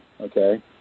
okay